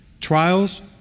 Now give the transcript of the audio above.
Trials